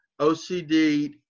OCD